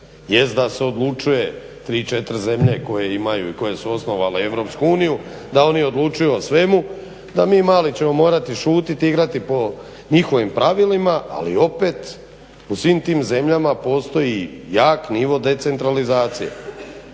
Jest da se odlučuje 3, 4 zemlje koje imaju i koje su osnovale Europska uniju, da oni odlučuju o svemu, da mi mali ćemo morati šutit i igrati po njihovim pravilima ali opet u svim tim zemljama postoji jak nivo decentralizacije.